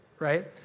right